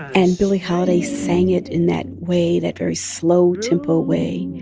and billie holiday sang it in that way, that very slow tempo way,